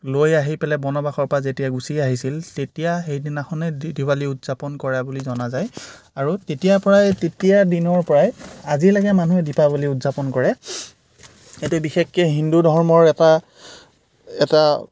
লৈ আহি পেলাই বনবাসৰ পৰা যেতিয়া গুচি আহিছিল তেতিয়া সেইদিনাখনেই দেৱালী উদযাপন কৰা বুলি জনা যায় আৰু তেতিয়াৰ পৰাই তেতিয়া দিনৰ পৰাই আজিলৈকে মানুহে দীপাৱলী উদযাপন কৰে এইটো বিশেষকৈ হিন্দু ধৰ্মৰ এটা এটা